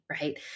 right